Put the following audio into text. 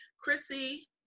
Chrissy